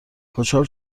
خوشحال